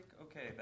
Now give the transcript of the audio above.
Okay